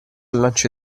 lance